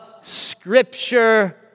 scripture